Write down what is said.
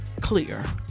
Clear